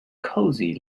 cosy